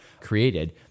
created